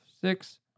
six